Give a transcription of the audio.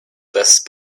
best